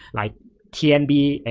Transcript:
like tnb,